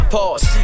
Pause